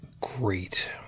great